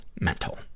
mental